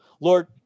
Lord